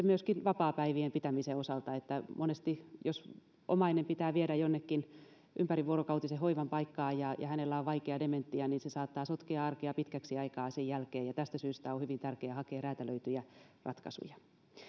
myöskin vapaapäivien pitämisen osalta että monesti jos omainen pitää viedä jonnekin ympärivuorokautisen hoivan paikkaan ja ja hänellä on vaikea dementia se saattaa sotkea arkea pitkäksi aikaa sen jälkeen tästä syystä on hyvin tärkeää hakea räätälöityjä ratkaisuja